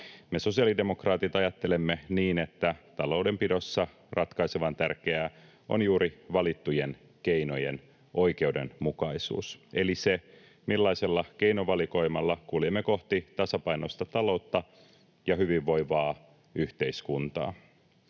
Me sosiaalidemokraatit ajattelemme niin, että taloudenpidossa ratkaisevan tärkeää on juuri valittujen keinojen oikeudenmukaisuus, eli se, millaisella keinovalikoimalla kuljemme kohti tasapainoista taloutta ja hyvinvoivaa yhteiskuntaa.